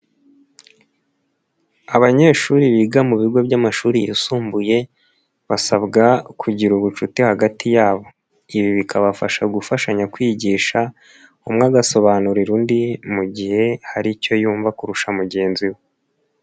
Abanyeshuri biga mu bigo by'amashuri yisumbuye basabwa kugira ubucuti hagati yabo, ibi bikabafasha gufashanya kwigisha umwe agasobanurira undi mu gihe hari icyo yumva kurusha mugenzi we.